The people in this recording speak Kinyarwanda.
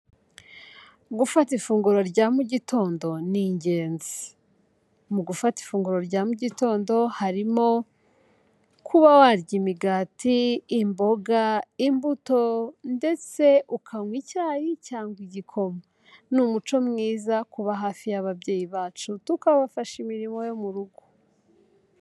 Gufata ifunguro rya mu gitondo ni ingenzi, mu gufata ifunguro rya mu gitondo harimo kuba warya imigati, imboga, imbuto, ndetse ukanywa icyayi cyangwa igikoma, ni umuco mwiza kuba hafi y'ababyeyi bacu, tukabafasha imirimo yo mu rugo.